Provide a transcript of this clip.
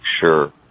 sure